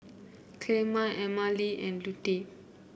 Clemma Emmalee and Lute